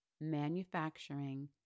manufacturing